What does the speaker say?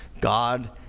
God